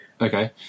Okay